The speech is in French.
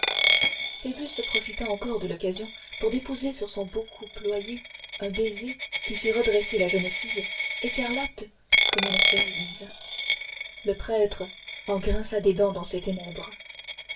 phoebus profita encore de l'occasion pour déposer sur son beau cou ployé un baiser qui fit redresser la jeune fille écarlate comme une cerise le prêtre en grinça des dents dans ses ténèbres